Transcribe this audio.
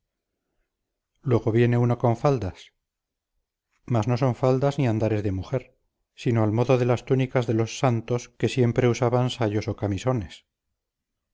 luego viene uno con faldas mas no son faldas ni andares de mujer sino al modo de las túnicas de los santos que siempre usaban sayos o camisones